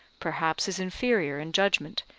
perhaps his inferior in judgment,